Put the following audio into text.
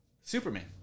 Superman